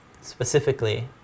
specifically